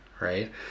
right